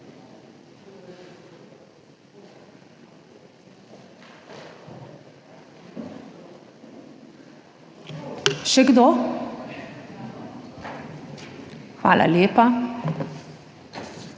Še kdo? Hvala lepa.